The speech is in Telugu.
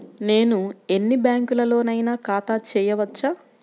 నేను ఎన్ని బ్యాంకులలోనైనా ఖాతా చేయవచ్చా?